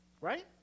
Right